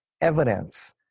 evidence